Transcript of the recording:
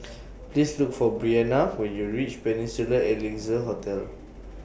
Please Look For Bryana when YOU REACH Peninsula Excelsior Hotel